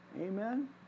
Amen